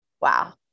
wow